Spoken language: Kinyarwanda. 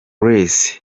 grace